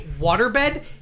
waterbed-